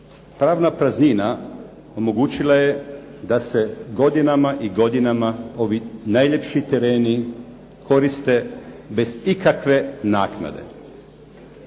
pravna praznina omogućila je da se godinama i godinama ovi najljepši tereni koriste bez ikakve naknade,